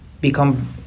become